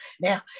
now